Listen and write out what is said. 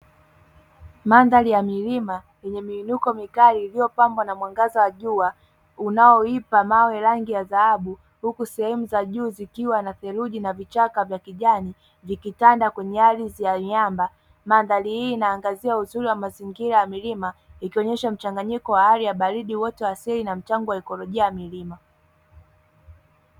Mandhari ya milima yenye miinuko mikali iliyopambwa na mwangaza wa jua, unaoipa mawe rangi ya dhahabu huku sehemu za juzi zikiwa na theluji na vichaka vya kijani vikitanda kwenye ardhi ya miamba. Mandhari hii inaangazia uzuri wa mazingira ya milima ikionyesha mchanganyiko wa hali ya baridi uoto wa asili na mchango wa ikolojia ya milima.